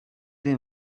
they